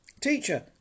Teacher